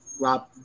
Rob